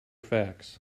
facts